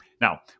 Now